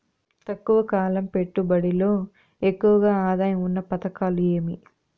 తక్కువ కాలం పెట్టుబడిలో ఎక్కువగా ఆదాయం ఉన్న పథకాలు ఏమి?